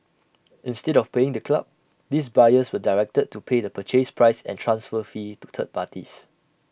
instead of paying the club these buyers were directed to pay the purchase price and transfer fee to third parties